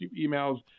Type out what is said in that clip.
emails